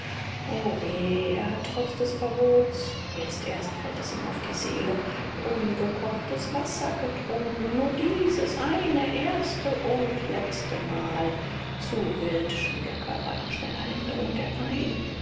o weh er hat trotz des verbots jetzt erst fällt es ihm auf die seele ungekochtes wasser getrunken nur dieses eine erste und letztemal zu wild schrie der körper nach schneller linderung der pein